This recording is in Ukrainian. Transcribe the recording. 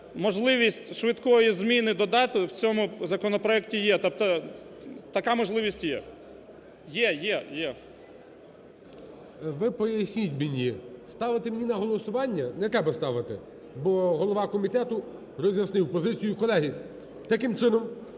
можливість швидкої зміни до дати в цьому законопроекті є, тобто, така можливість є. Є, є. ГОЛОВУЮЧИЙ. Ви поясніть мені, ставити мені на голосування? Не треба ставити? Бо голова комітету роз'яснив позицію. Колеги, таким чином,